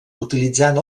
utilitzant